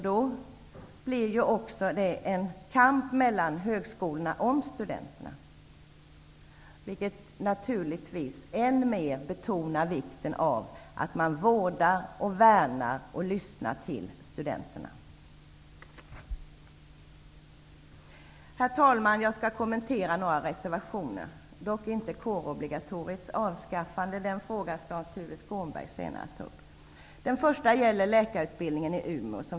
Då blir det en kamp mellan högskolorna om studenterna, vilket naturligtvis än mer betonar hur viktigt det är att man vårdar och värnar samt lyssnar till studenterna. Herr talman! Jag skall så kommentera några reservationer. Jag tar dock inte upp frågan om kårobligatoriets avskaffande, för den frågan kommer Tuve Skånberg senare att ta upp här. Först gäller det läkarutbildningen i Umeå.